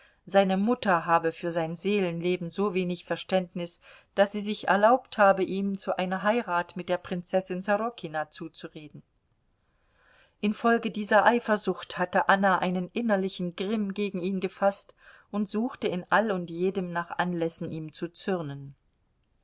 seine mutter habe für sein seelenleben so wenig verständnis daß sie sich erlaubt habe ihm zu einer heirat mit der prinzessin sorokina zuzureden infolge dieser eifersucht hatte anna einen innerlichen grimm gegen ihn gefaßt und suchte in all und jedem nach anlässen ihm zu zürnen